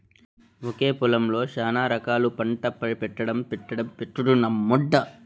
ఒకే పొలంలో శానా రకాలు పంట పెట్టడం చేత్తే న్యాల ఆరోగ్యం నాణ్యత పెరుగుతుంది